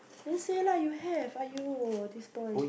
then say lah you have aiyo this boy